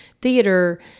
theater